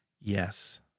Yes